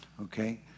Okay